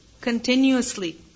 Continuously